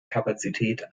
kapazität